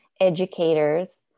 educators